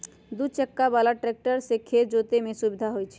दू चक्का बला ट्रैक्टर से खेत जोतय में सुविधा होई छै